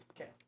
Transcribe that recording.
Okay